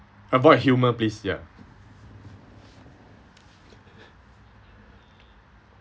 avoid humour please ya